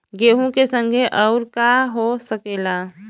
गेहूँ के संगे अउर का का हो सकेला?